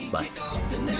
Bye